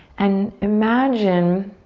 and imagine